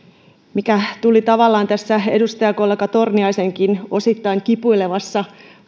mikä tuli tavallaan tässä edustajakollega torniaisenkin osittain kipuilevassa